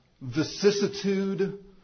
vicissitude